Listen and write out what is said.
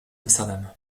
amsterdam